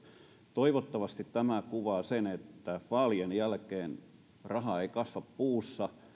toivottavasti tämä kuvaa sen että vaalien jälkeen raha ei kasva puussa